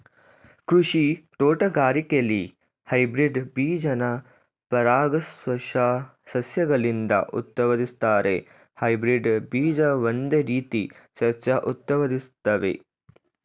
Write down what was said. ಕೃಷಿ ತೋಟಗಾರಿಕೆಲಿ ಹೈಬ್ರಿಡ್ ಬೀಜನ ಪರಾಗಸ್ಪರ್ಶ ಸಸ್ಯಗಳಿಂದ ಉತ್ಪಾದಿಸ್ತಾರೆ ಹೈಬ್ರಿಡ್ ಬೀಜ ಒಂದೇ ರೀತಿ ಸಸ್ಯ ಉತ್ಪಾದಿಸ್ತವೆ